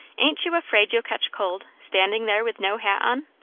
ain't you afraid you'll catch cold, standing there with no hat on?